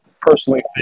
personally